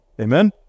Amen